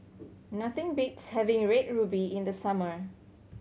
nothing beats having Red Ruby in the summer